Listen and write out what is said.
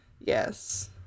Yes